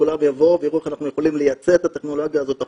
שכולם יבואו ויראו איך אנחנו יכולים לייצא את הטכנולוגיה הזאת החוצה.